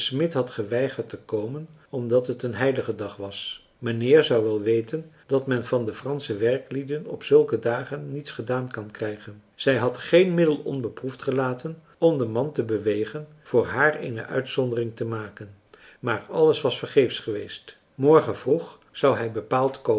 smid had geweigerd te komen omdat het een heiligen dag was mijnheer zou wel weten dat men van de fransche werklieden op zulke dagen niets gedaan kan krijgen zij had geen middel onbeproefd gelaten om den man te bewegen voor haar eene uitzondering te maken maar alles was vergeefs geweest morgen vroeg zou hij bepaald komen